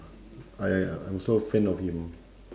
I I'm also a fan of him